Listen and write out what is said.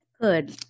Good